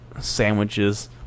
sandwiches